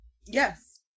Yes